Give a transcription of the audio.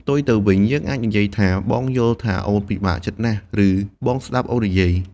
ផ្ទុយទៅវិញ យើងអាចនិយាយថា បងយល់ថាអូនពិបាកចិត្តណាស់ ឬ បងស្តាប់អូននិយាយ។